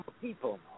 people